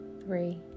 three